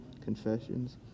confessions